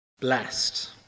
Blessed